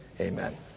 Amen